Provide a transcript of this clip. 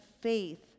faith